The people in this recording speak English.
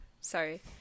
Sorry